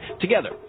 Together